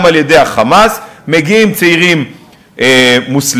גם על-ידי ה"חמאס" מגיעים צעירים מוסלמים,